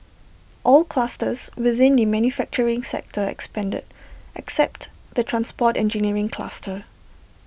all clusters within the manufacturing sector expanded except the transport engineering cluster